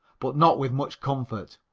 but not with much comfort.